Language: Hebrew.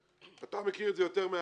יואב קיש אתה מכיר את זה יותר מהאוויר,